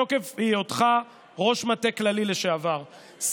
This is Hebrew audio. בתוקף היותך ראש מטה כללי לשעבר,